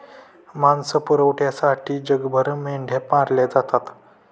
मांस पुरवठ्यासाठी जगभर मेंढ्या मारल्या जातात